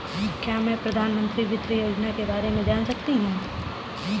क्या मैं प्रधानमंत्री वित्त योजना के बारे में जान सकती हूँ?